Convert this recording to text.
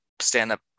stand-up